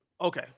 Okay